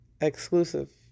Exclusive